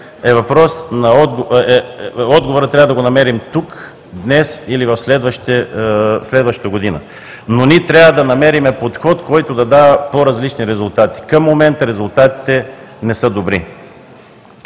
в детайли, отговора трябва да го намерим тук днес или в следващата година. Но трябва да намерим подход, който да дава по-различни резултати. Към момента резултатите не са добри.